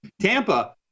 Tampa